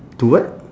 two what